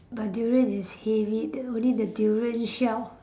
but durian is heavy that only the durian shell